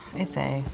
it's a.